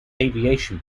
aviation